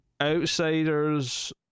Outsiders